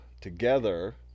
together